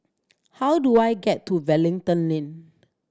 how do I get to Wellington Link